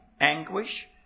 anguish